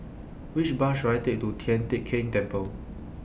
Which Bus should I Take to Tian Teck Keng Temple